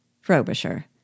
Frobisher